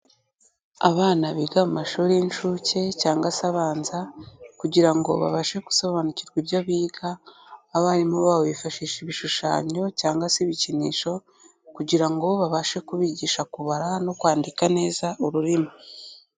Abana biga mu mashuri y'incuke cyangwa se abanza, kugira ngo babashe gusobanukirwa ibyo biga, abarimu babo bifashisha ibishushanyo cyangwa se ibikinisho kugira ngo babashe kubigisha kubara no kwandika neza ururimi.